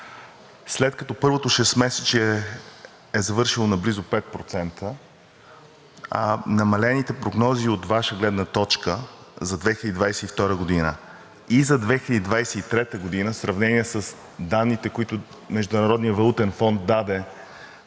след като първото шестмесечие е завършил на близо 5%, а намалените прогнози от Ваша гледна точка за 2022 г. и за 2023 г. в сравнение с данните, които Международният валутен фонд даде